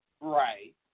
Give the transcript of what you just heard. Right